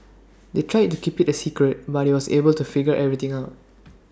they tried to keep IT A secret but he was able to figure everything out